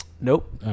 Nope